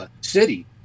City